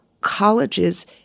colleges